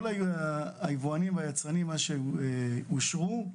כל היבואנים והיצרנים שאושרו,